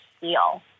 feel